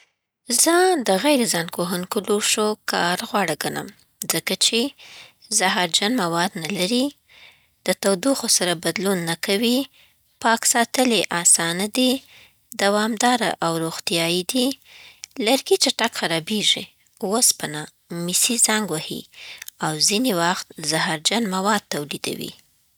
زه د غیر زنګ وهونکو لوښو کار غوره ګڼم، ځکه چې: زهرجن مواد نه لري د تودوخې سره بدلون نه کوي پاک ساتل یې آسانه دي دوامداره او روغتیایي دي لرګي چټک خرابېږي، اوسپنه مسی زنګ وهي او ځینې وخت زهرجن مواد تولیدوي.